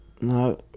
no